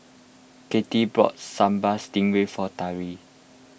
Katelyn bought Sambal Stingray for Tari